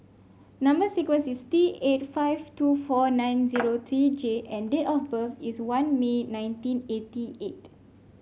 number sequence is T eight five two four nine zero three J and date of birth is one May nineteen eighty eight